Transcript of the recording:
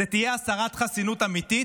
זו תהיה הסרת חסינות אמיתית,